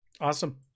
Awesome